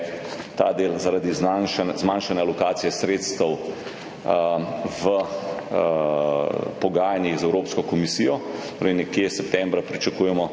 ta del zaradi zmanjšanja lokacije sredstev v pogajanjih z Evropsko komisijo. Nekje septembra pričakujemo,